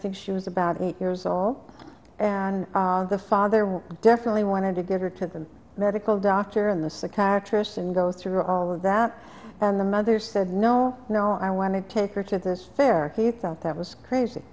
think she was about eight years old and the father would definitely want to get her to the medical doctor in the psychiatrist and go through all of that and the mother said no no i want to take her to this fair he thought that was crazy